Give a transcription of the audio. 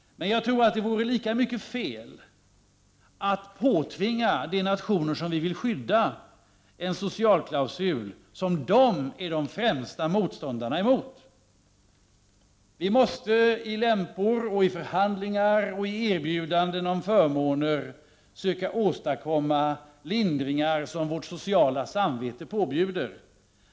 Men jag tror att det vore lika mycket fel att påtvinga de nationer som vi vill skydda en social klausul som de är de främsta motståndarna mot. Vi måste med lämpor, i förhandlingar och i erbjudanden om förmåner söka åstadkomma lindringar som vårt sociala samvete påbjuder.